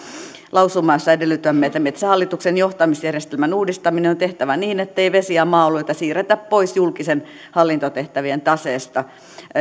lausumaa jossa edellytämme että metsähallituksen johtamisjärjestelmän uudistaminen on tehtävä niin ettei vesi ja maa alueita siirretä pois julkisten hallintotehtävien taseesta